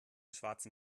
schwarzen